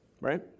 right